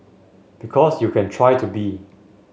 because you can try to be